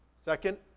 second,